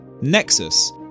Nexus